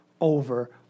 over